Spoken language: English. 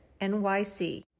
NYC